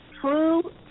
true